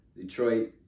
Detroit